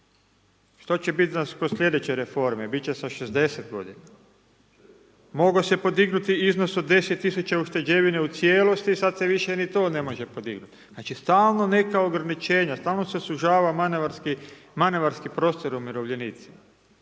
što će biti kod slijedeće reforme, biti će sa 60 godina. Mogao se podignuti iznos od 10 000 ušteđevine u cijelosti, sad se više ni to ne može podignuti. Znači, stalno neka ograničenja, stalno se sužava manevarski prostor umirovljenicima.